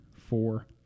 four